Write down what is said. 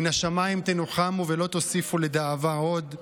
מן השמיים תנוחמו, ולא תוסיפו לדאבה עוד.